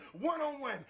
one-on-one